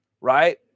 right